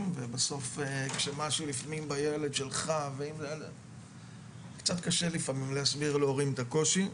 ובסוף כשמדובר בילד שלך קצת קשה לפעמים להסביר להורים את הקושי.